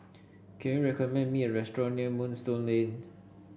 can you recommend me a restaurant near Moonstone Lane